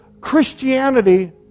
Christianity